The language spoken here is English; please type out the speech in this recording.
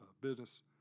Business